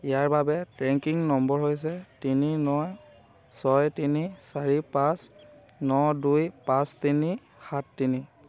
ইয়াৰ বাবে tracking number হৈছে তিনি ন ছয় তিনি চাৰি পাঁচ ন দুই পাঁচ তিনি সাত তিনি